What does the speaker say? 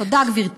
תודה, גברתי.